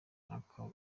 n’aka